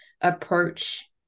approach